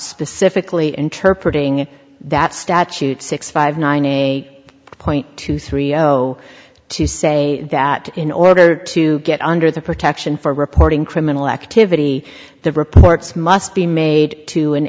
specifically interpretating that statute six five nine eight point two three zero to say that in order to get under the protection for reporting criminal activity the reports must be made to an